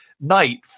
night